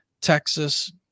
Texas